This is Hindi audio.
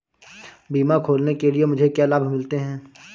बीमा खोलने के लिए मुझे क्या लाभ मिलते हैं?